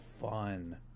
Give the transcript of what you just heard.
fun